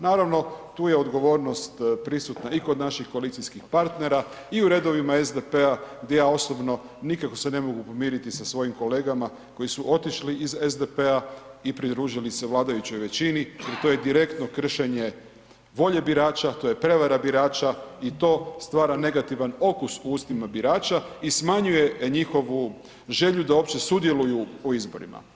Naravno, tu je odgovornost prisutna i kod naših koalicijskih partnera i u redovima SDP-a gdje ja osobno nikako se ne mogu pomiriti sa svojim kolegama koji su otišli iz SDP-a i pridružili se vladajućoj većini jer to je direktno kršenje volje birača, to je prevara birača i to stvara negativan okus u ustima birača i smanjuje njihovu želju da uopće sudjeluju u izborima.